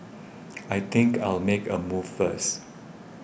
I think I'll make a move first